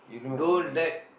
don't let